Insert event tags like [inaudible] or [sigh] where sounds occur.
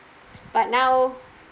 [breath] but now